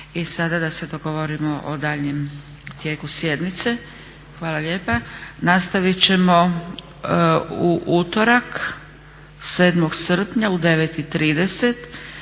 I sada da se dogovorimo o daljnjem tijeku sjednice. Hvala lijepa. Nastavit ćemo u utorak 7.srpnja u 9,30